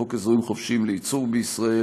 חוק אזורים חופשיים לייצור בישראל,